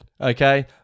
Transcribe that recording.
Okay